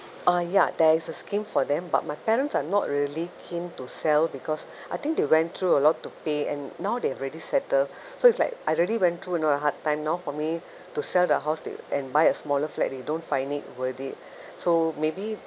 uh ya there is a scheme for them but my parents are not really keen to sell because I think they went through a lot to pay and now they have ready settled so it's like I already went through you know a hard time now for me to sell the house t~ and buy a smaller flat they don't find it worth it so maybe